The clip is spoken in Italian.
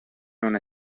non